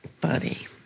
Buddy